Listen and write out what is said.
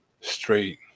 straight